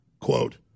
quote